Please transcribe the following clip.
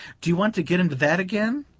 do you want to get into that again?